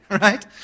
right